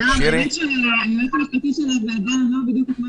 בליי, היועץ המשפטי של הוועדה, אמר בדיוק את מה